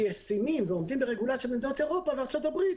שישימים ועומדים ברגולציה במדינות אירופה וארצות הברית,